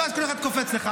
ואז כל אחד קופץ לך: